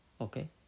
okay